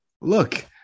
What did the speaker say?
look-